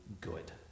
good